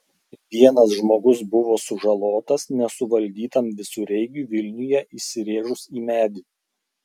vienas žmogus buvo sužalotas nesuvaldytam visureigiui vilniuje įsirėžus į medį